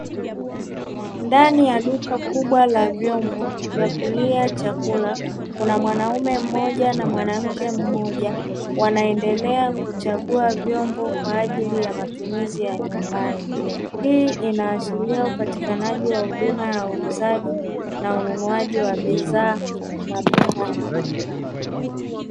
Ndani ya duka kubwa la vyombo vya kulia chakula, kuna mwanaume mmoja na mwanamke mmoja wanaendelea kuchagua vyombo kwaajili ya matumizi ya nyumbani. Hii inaashiria upatikanaji wa huduma ya uuzaji na ununuaji wa bidhaa madukani.